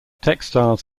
textiles